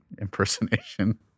impersonation